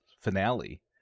finale